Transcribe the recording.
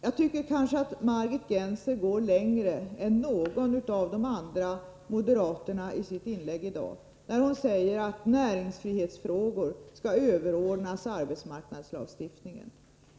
Jag tycker att Margit Gennser går längre än någon av de andra moderaternaisitt inlägg i dag, när hon säger att näringsfrihetsfrågorna skall överordnas arbetsmarknadslagstiftningen.